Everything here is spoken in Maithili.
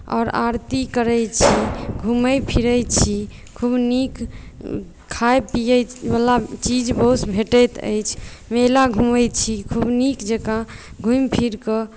आओर आरती करैत छी घूमैत फिरैत छी खूब नीक खाइ पियैवला चीज वस्तु भेटैत अछि मेला घूमैत छी खूब नीक जकाँ घूमि फिरि कऽ